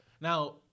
Now